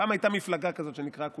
פעם הייתה מפלגה כזאת שנקראה "כולנו",